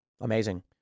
Amazing